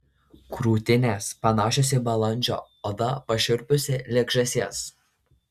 krūtinės panašios į balandžio oda pašiurpusi lyg žąsies